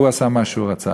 והוא עשה מה שהוא רצה.